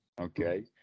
Okay